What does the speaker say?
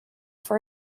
for